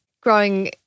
growing